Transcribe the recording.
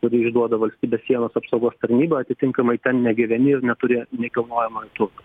kurį išduoda valstybės sienos apsaugos tarnyba atitinkamai ten negyveni ir neturi nekilnojamo turto